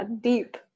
deep